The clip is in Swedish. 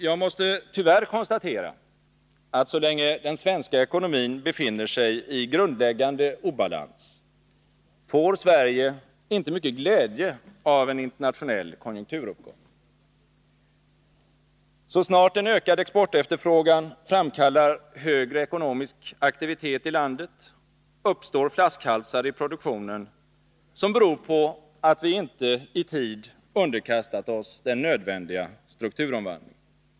Jag måste tyvärr konstatera att så länge den svenska ekonomin befinner sig i grundläggande obalans får Sverige inte mycket glädje av en internationell konjunkturuppgång. Så snart en ökad exportefterfrågan framkallar högre ekonomisk aktivitet i landet uppstår flaskhalsar i produktionen som beror på att vi inte i tid underkastat oss den nödvändiga strukturomvandlingen.